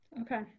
Okay